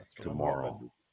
tomorrow